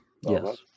yes